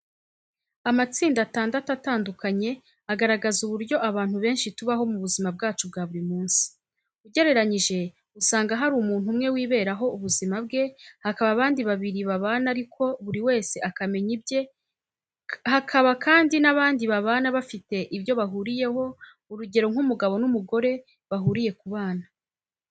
Amatsinda atandatu atandukanye, agaragaza uburyo abantu benshi tubaho mu buzima bwacu bwa buru munsi. Ugereranyije usanga hari umuntu umwe wiberaho ubuzima bwe, hakaba abandi babili babana ariko buri wese akamenya ibye, kaba kandi n'abandi babana bafite ibyo bahuriyeho, urugero nk'umugabo n'umugore bahuriye ku bana.